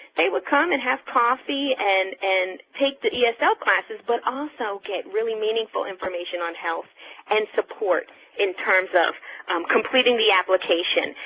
they would come and have coffee and and take the the esl classes but also get really meaningful information on health and support in terms of completing the application.